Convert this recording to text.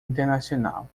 internacional